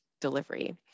delivery